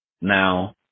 Now